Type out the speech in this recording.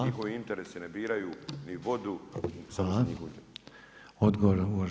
Njihovi interesi ne biraju ni vodu